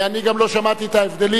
גם לא שמעתי את ההבדלים.